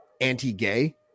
anti-gay